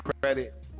credit